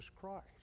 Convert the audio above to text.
Christ